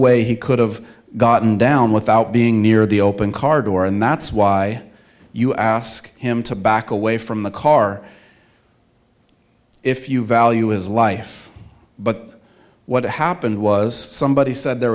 way he could've gotten down without being near the open car door and that's why you ask him to back away from the car if you value his life but what happened was somebody said there